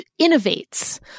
innovates